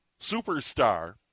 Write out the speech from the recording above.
superstar